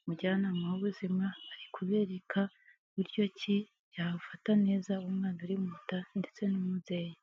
.Umujyanama w'ubuzima ari kubereka uburyo ki yafata neza umwana uri mu nda ndetse n'umubyeyi.